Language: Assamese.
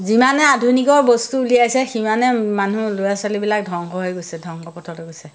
যিমানে আধুনিকৰ বস্তু উলিয়াইছে সিমানে মানুহ ল'ৰা ছোৱালীবিলাক ধ্বংস হৈ গৈছে ধ্বংস পথলৈ গৈছে